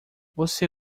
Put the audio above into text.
você